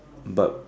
but